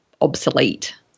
obsolete